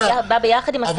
הוא בא ביחד עם הסעיף הבא.